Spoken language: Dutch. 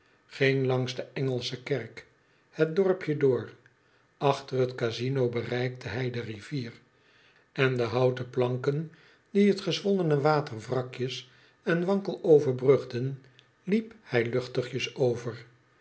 ging langs de engelsche kerk het dorpje door achter het casino bereikte hij de rivier en de houten planken die het gezwollene water wrakjes en wankel o verbrugden liep hij luchtigjes over